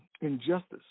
injustice